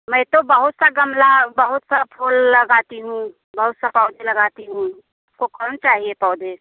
मैं तो बहुत सा गमला बहुत सा फूल लगाती हूँ बहुत सा पौधे लगाती हूँ को कौन चाहिए पौधे